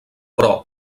però